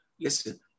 listen